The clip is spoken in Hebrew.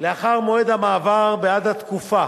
לאחר מועד המעבר בעד התקופה